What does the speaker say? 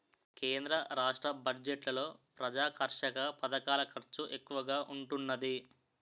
కేంద్ర రాష్ట్ర బడ్జెట్లలో ప్రజాకర్షక పధకాల ఖర్చు ఎక్కువగా ఉంటున్నాది